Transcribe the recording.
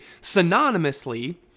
synonymously